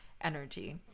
energy